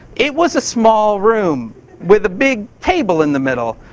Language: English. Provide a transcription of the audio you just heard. it was a small room with a big table in the middle.